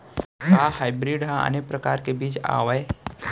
का हाइब्रिड हा आने परकार के बीज आवय?